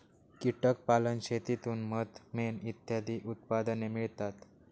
कीटक पालन शेतीतून मध, मेण इत्यादी उत्पादने मिळतात